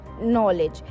knowledge